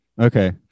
Okay